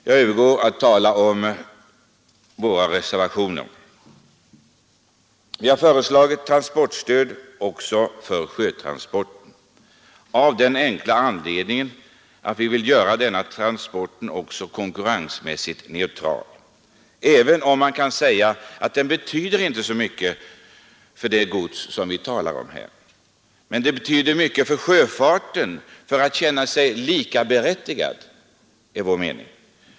Jag övergår så till att tala om våra reservationer. Vi har föreslagit transportstöd också för sjötransporter, av den enkla anledningen att vi vill förhålla oss konkurrensmässigt neutrala till transporterna, även om man kan säga att sjötransporterna inte betyder så mycket för det gods som vi här talar om. Men en sådan neutralitet betyder enligt vår mening mycket för att sjöfarten skall känna sig likaberättigad.